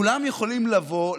כולם יכולים לבוא,